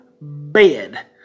bed